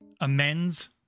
Amends